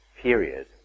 period